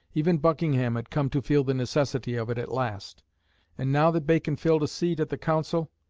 even buckingham had come to feel the necessity of it at last and now that bacon filled a seat at the council,